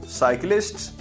cyclists